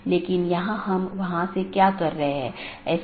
क्योंकि यह एक बड़ा नेटवर्क है और कई AS हैं